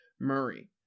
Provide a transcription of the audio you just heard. Murray